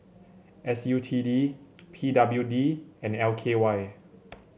S U T D P W D and L K Y